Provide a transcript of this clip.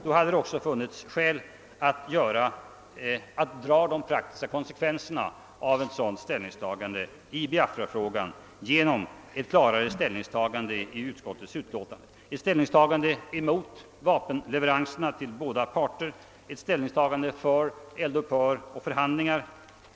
Då hade det också funnits skäl att dra de praktiska konsekvenserna av en sådan inställning i Biafrafrågan genom ett klarare ställningstagande i utskottsutlåtandet, ett ställningstagande mot vapenleveranserna till båda parter, för eld upphör och förhandlingar.